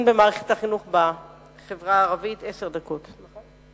עשר דקות.